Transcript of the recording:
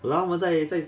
!walao! 他们在在